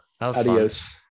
adios